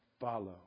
follow